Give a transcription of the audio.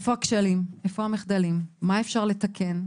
איפה הכשלים, איפה המחדלים, מה אפשר לתקן.